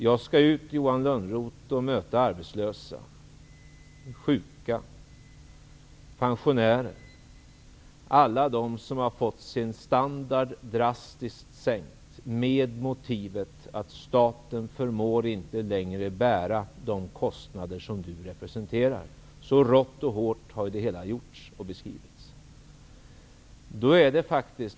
Jag skall ut, Johan Lönnroth, och möta arbetslösa, sjuka, pensionärer och alla dem som har fått sin standard drastiskt sänkt med motivet att staten inte längre förmår bära de kostnader som du representerar. Så rått och hårt har det hela gjorts och beskrivits.